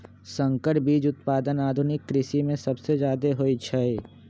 संकर बीज उत्पादन आधुनिक कृषि में सबसे जादे होई छई